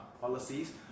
policies